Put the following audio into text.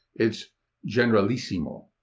its generalissimo.